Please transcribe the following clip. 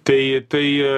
tai tai